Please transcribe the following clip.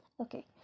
Okay